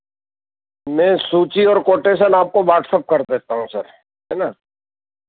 मैं सूची ओर कोटेसन आपको वाट्सअप कर देता हूँ सर है ना